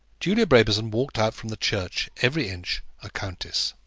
julia brabazon walked out from the church every inch a countess.